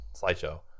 slideshow